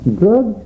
drug